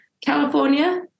California